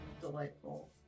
delightful